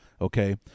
Okay